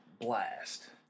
Blast